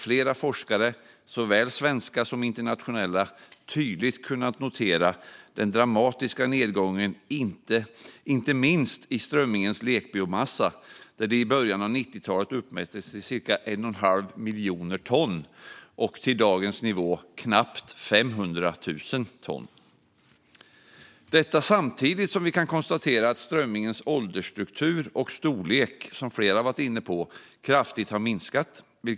Flera forskare, såväl svenska som internationella, har tydligt kunnat notera den dramatiska nedgången i inte minst strömmingens lekbiomassa. Den uppmättes i början av 90-talet till cirka 1,5 miljoner ton, och dagens nivå är på knappt 500 000 ton. Detta har skett samtidigt som vi kan konstatera att strömmingens åldersstruktur ändrats och att dess storlek, som flera har varit inne på, har minskat kraftigt.